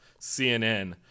CNN